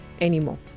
anymore